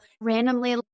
randomly